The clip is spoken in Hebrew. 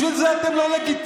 בשביל זה אתם לא לגיטימיים.